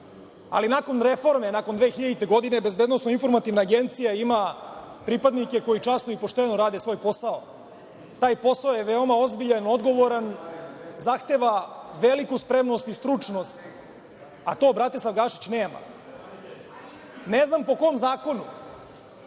ali nakon reforme, nakon 2000. godine Bezbednosno-informativna agencija ima pripadnike koji časno i pošteno rade svoj posao. Taj posao je veoma ozbiljan, odgovoran, zahteva veliku spremnost i stručnost, a to Bratislav Gašić nema. Ne znam po kom zakonu